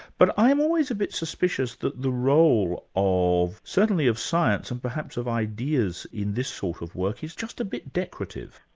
but i'm always a bit suspicious that the role of, certainly of science and perhaps of ideas in this sort of work, is just a bit decorative.